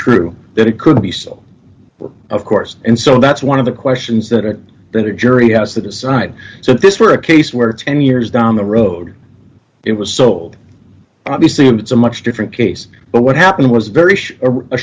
true that it could be so of course and so that's one of the questions that it better jury has to decide so if this were a case where ten years down the road it was sold obviously and it's a much different case but what happened was very